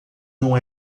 não